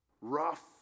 rough